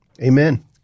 Amen